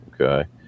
Okay